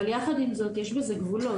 אבל יחד עם זאת יש בזה גבולות,